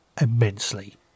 immensely